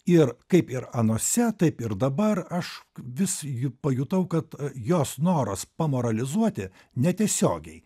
ir kaip ir anuose taip ir dabar aš vis ju pajutau kad jos noras pamoralizuoti netiesiogiai